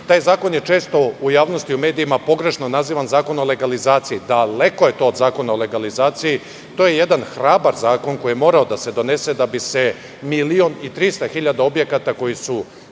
zakon je često u javnosti, u medijima, pogrešno nazivan – Zakon o legalizaciji. Daleko je to od Zakona o legalizaciji. To je jedan hrabar zakon koji je morao da se donese da bi se 1.300.000 objekata koji su